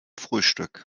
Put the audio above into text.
frühstück